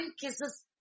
Kisses